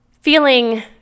feeling